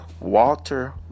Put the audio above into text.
Walter